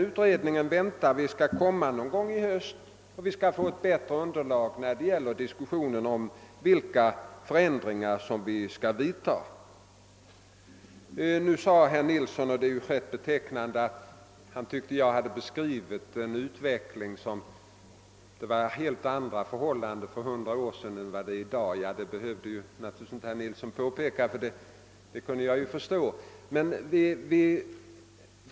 Utredningen väntas framlägga sitt betänkande någon gång i höst, och då får vi ett bättre underlag för diskussion om vilka förändringar som vi skall vidta. Herr Nilsson sade, med anledning av den utveckling jag hade beskrivit, att det var helt andra förhållanden för hundra år sedan än i dag. Det behövde naturligtvis inte herr Nilsson påpeka, det kunde jag ju förstå.